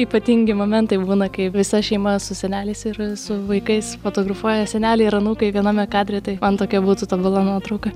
ypatingi momentai būna kai visa šeima su seneliais ir su vaikais fotografuojas seneliai ir anūkai viename kadre tai man tokia būtų tobula nuotrauka